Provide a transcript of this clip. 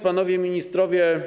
Panowie Ministrowie!